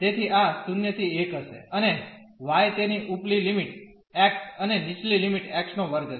તેથી આ 0 ¿1 હશે અને y તેની ઉપલી લિમિટ x અને નીચલી લિમિટ x2 હશે